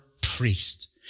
priest